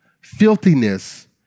filthiness